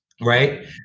right